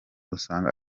usanga